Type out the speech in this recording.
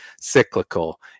cyclical